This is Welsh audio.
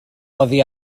oddi